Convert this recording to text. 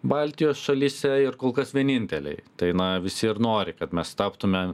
baltijos šalyse ir kol kas vieninteliai tai na visi ir nori kad mes taptume